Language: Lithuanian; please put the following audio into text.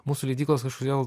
mūsų leidyklos kažkodėl